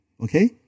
okay